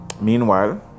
Meanwhile